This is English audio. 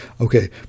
Okay